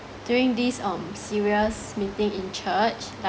during this um serious meeting in church like